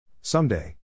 Someday